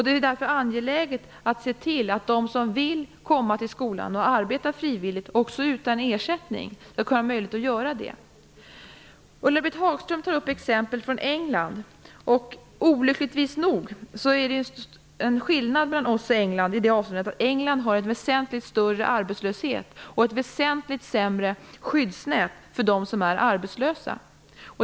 Det är därför angeläget att se till att de som vill komma till skolan och arbeta frivillgt utan ersättning skall ha möjlighet att göra det. Ulla-Britt Hagström tar upp exempel från England. Oturligt nog finns det en skillnad mellan oss och England i det avseendet att England har en väsentligt större arbetslöshet och ett väsentligt sämre skyddsnät för dem som är arbetslösa.